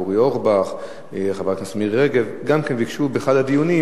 אורי אורבך ומירי רגב ביקשו באחד הדיונים